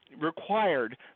required